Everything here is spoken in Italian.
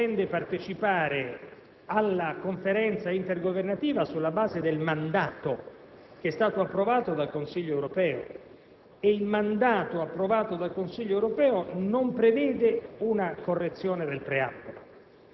il parere è negativo perché conferma tutte le missioni internazionali avviate nella scorsa legislatura e non potremmo votare a favore avendo ritirato le Forze armate dall'Iraq